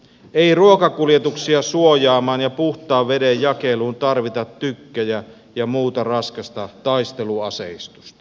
ei ruokakuljetuksia suojaamaan ja puhtaan veden jakeluun tarvita tykkejä ja muuta raskasta taisteluaseistusta